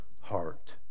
heart